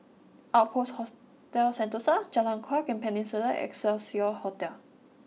Outpost Hostel Sentosa Jalan Kuak and Peninsula Excelsior Hotel